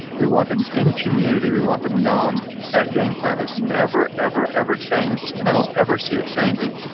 we want them in community. we want them known. that game plan has never ever ever changed. and i don't ever see it changing.